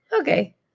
Okay